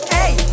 Hey